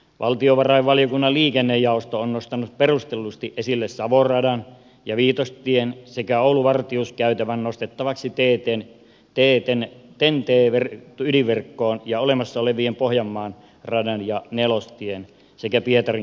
valtiovarainvaliokunnan liikennejaosto on nostanut perustellusti esille savon radan ja viitostien sekä ouluvartius käytävän nostettaviksi ten t ydinverkkoon jo olemassa olevien pohjanmaan radan ja nelostien sekä pietarin käytävän lisäksi